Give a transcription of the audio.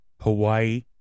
Hawaii